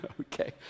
Okay